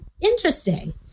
interesting